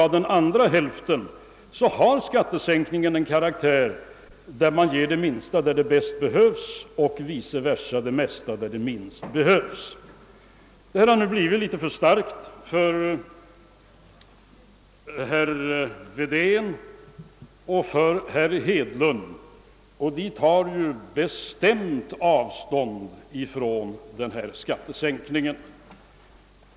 För denna andra hälft har skattesänkningen den karaktären att man ger det minsta där det mesta be hövs och vice versa, alltså det mesta där det minsta behövs. Detta har blivit litet för starkt för både herr Wedén och herr Hedlund. De tar bestämt avstånd från skattesänkningen.